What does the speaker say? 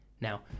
now